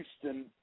Houston